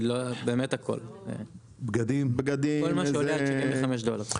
כל מה שעולה עד 75 דולרים.